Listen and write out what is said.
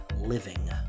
living